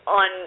on